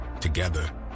Together